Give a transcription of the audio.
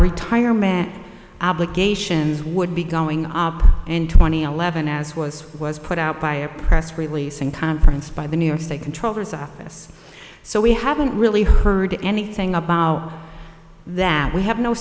retirement obligations would be going up and twenty eleven as was was put out by a press release in conference by the new york state control office so we haven't really heard anything about that we have no